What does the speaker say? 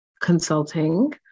consulting